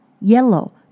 Yellow